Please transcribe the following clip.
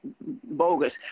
bogus